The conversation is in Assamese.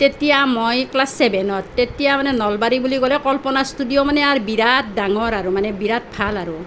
তেতিয়া মই ক্লাছ ছেভেনত তেতিয়া মানে নলবাৰী বুলি ক'লে কল্পনা ষ্টুডিঅ' মানে আৰু বিৰাট ডাঙৰ মানে আৰু বিৰাট ভাল আৰু